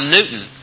Newton